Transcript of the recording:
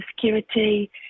security